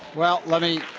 well, let me,